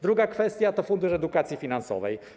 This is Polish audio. Druga kwestia to Fundusz Edukacji Finansowej.